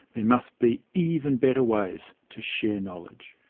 there must be even better ways to share knowledge